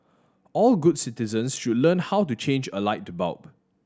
all good citizens should learn how to change a light bulb